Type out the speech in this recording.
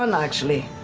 um actually.